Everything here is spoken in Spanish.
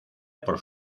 por